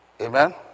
Amen